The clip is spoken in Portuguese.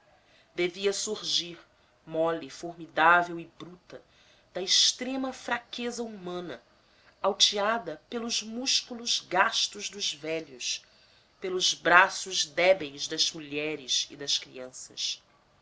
devia surgir mole formidável e bruta da extrema fraqueza humana alteada pelos músculos gastos dos velhos pelos braços débeis das mulheres e das crianças